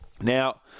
Now